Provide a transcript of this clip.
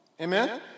amen